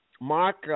Mark